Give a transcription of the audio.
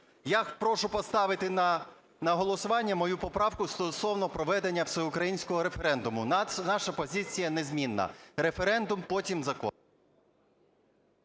Я прошу поставити на голосування мою поправку стосовно проведення всеукраїнського референдуму. Наша позиція незмінна: референдум - потім закон.